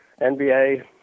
NBA